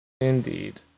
Indeed